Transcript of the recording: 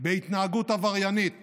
בהתנהגות עבריינית